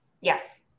Yes